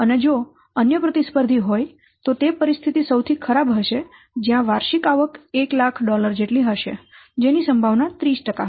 અને જો તે અન્ય પ્રતિસ્પર્ધી હોય તો પરિસ્થિતિ સૌથી ખરાબ હશે જ્યાં વાર્ષિક આવક 100000 જેટલી હશે જેની સંભાવના 30 હશે